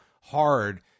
hard